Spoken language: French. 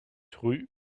rue